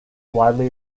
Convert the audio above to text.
widely